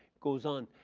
goes on,